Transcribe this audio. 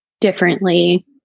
differently